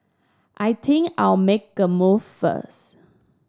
I think I'll make a move first